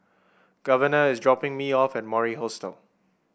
Governor is dropping me off at Mori Hostel